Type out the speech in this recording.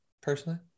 personally